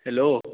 hello